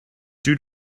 due